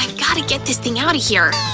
and gotta get this thing outta here!